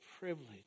privilege